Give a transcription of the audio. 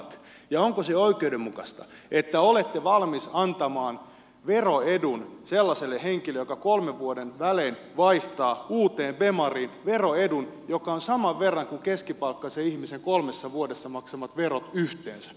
ja onko se oikeudenmukaista että olette valmis antamaan veroedun sellaiselle henkilölle joka kolmen vuoden välein vaihtaa uuteen bemariin vero edun joka on saman verran kuin keskipalkkaisen ihmisen kolmessa vuodessa maksamat verot yhteensä